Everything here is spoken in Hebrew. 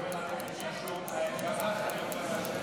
אדוני היושב-ראש, חבריי חברי הכנסת,